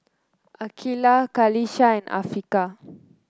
Aqeelah Qalisha and Afiqah